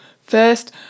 First